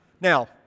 Now